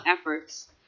efforts